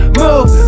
move